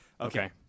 Okay